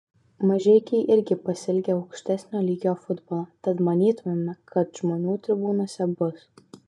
mažeikiai irgi pasiilgę aukštesnio lygio futbolo tad manytumėme kad žmonių tribūnose bus